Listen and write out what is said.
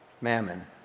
mammon